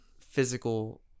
physical